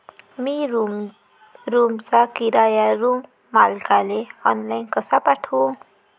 मी रूमचा किराया रूम मालकाले ऑनलाईन कसा पाठवू?